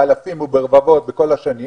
באלפים וברבבות בכל השנים,